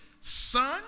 son